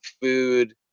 food